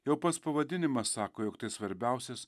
jau pats pavadinimas sako jog tai svarbiausias